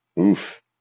Oof